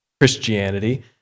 Christianity